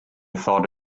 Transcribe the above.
thought